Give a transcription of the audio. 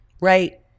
Right